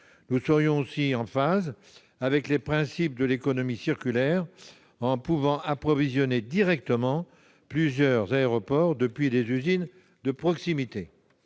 Nous serions aussi en phase avec les principes de l'économie circulaire en faisant en sorte d'approvisionner directement plusieurs aéroports depuis des usines de proximité.